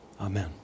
Amen